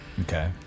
Okay